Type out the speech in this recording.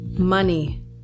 Money